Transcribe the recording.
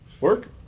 Work